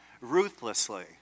Ruthlessly